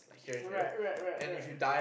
right right right right